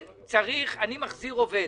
אני מחזיר עובד,